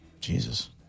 Jesus